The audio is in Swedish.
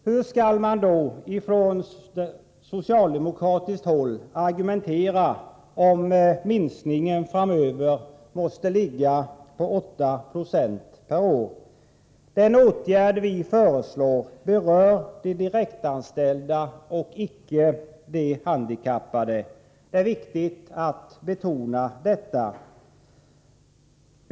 Hur skall man då från socialdemokratiskt håll argumentera om minskningen framöver måste ligga på 8 70 per år? Den åtgärd som vi föreslår berör de direktanställda och inte de handikappade. Det är viktigt att betona detta.